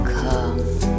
come